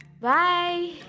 Bye